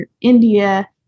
India